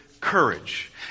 courage